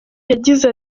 yagize